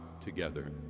together